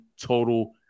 total